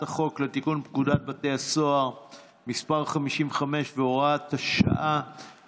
חוק לתיקון פקודת בתי הסוהר (מס' 55 והוראות שעה),